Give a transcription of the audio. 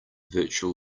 virtual